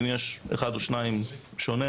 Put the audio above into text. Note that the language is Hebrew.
אולי יש אחד או שניים שונים.